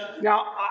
Now